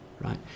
right